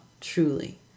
truly